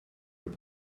were